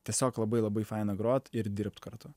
tiesiog labai labai faina grot ir dirbt kartu